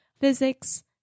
physics